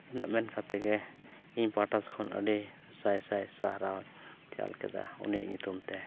ᱱᱤᱱᱟᱹᱜ ᱢᱮᱱ ᱠᱟᱛᱮᱫ ᱜᱮ ᱤᱧ ᱯᱟᱦᱴᱟ ᱠᱷᱚᱱ ᱟᱹᱰᱤ ᱥᱟᱭ ᱥᱟᱭ ᱥᱟᱨᱦᱟᱣ ᱤᱧ ᱪᱟᱞ ᱠᱮᱫᱟ ᱩᱱᱤ ᱧᱩᱛᱩᱢᱛᱮ